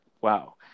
wow